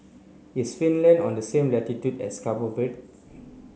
is Finland on the same latitude as Cabo Verde